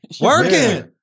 Working